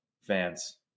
fans